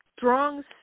Strong